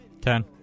Ten